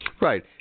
Right